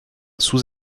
sous